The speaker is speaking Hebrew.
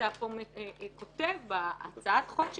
אתה כותב פה בהצעת החוק שלך,